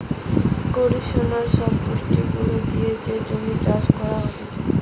conditioner সব পুষ্টি গুলা দিয়ে যে জমিতে চাষ করতিছে